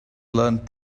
learned